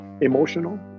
emotional